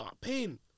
pain